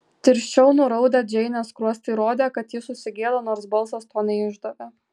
tirščiau nuraudę džeinės skruostai rodė kad ji susigėdo nors balsas to neišdavė